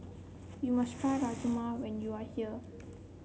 you must try Rajma when you are here